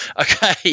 Okay